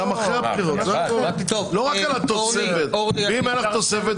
יש בעיה נוספת,